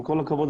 עם כל הכבוד,